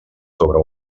sobre